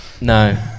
No